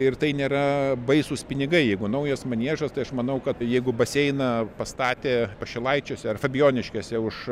ir tai nėra baisūs pinigai jeigu naujas maniežas tai aš manau kad jeigu baseiną pastatė pašilaičiuose ar fabijoniškėse už